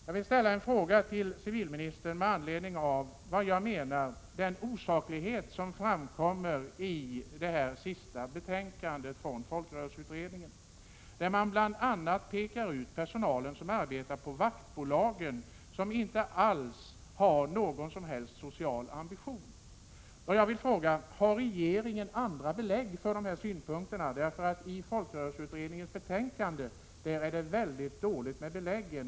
Jag vill ställa en fråga till civilministern med anledning av den osaklighet som jag menar framkommer i det sista betänkandet från folkrörelseutredningen, där man bl.a. pekar ut personalen som arbetar på vaktbolagen, som inte har någon som helst social ambition. Jag vill fråga: Har regeringen andra belägg för de här synpunkterna? I folkrörelseutredningens betänkande är det nämligen mycket dåligt med beläggen.